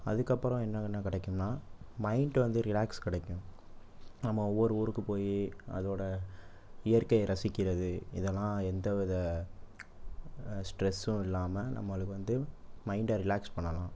அதுக்கப்புறம் இன்னும் என்ன கிடைக்கும்னா மைண்ட் வந்து ரிலாக்ஸ் கிடைக்கும் நம்ம ஒவ்வொரு ஊருக்கும் போய் அதோடய இயற்கையை ரசிக்கிறது இதெலாம் எந்தவித ஸ்ட்ரஸ்ஸும் இல்லாமல் நம்மளுக்கு வந்து மைண்டை ரிலாக்ஸ் பண்ணலாம்